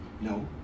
No